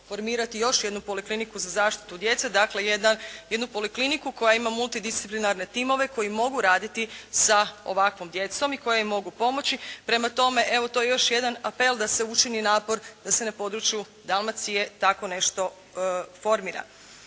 formirati još jednu polikliniku za zaštitu djece, dakle jednu polikliniku koja ima multidisciplinarne timove koji mogu raditi sa ovakvom djecom i koja im mogu pomoći. Prema tome, evo to je još jedan apel da se učini napor da se na području Dalmacije tako nešto formira.